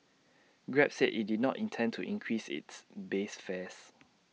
grab said IT did not intend to increase its base fares